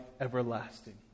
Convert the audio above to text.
everlasting